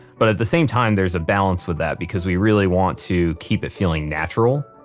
but at the same time there's a balance with that because we really want to keep it feeling natural.